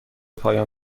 پایان